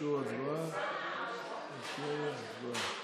קריאה שלישית, רבותיי.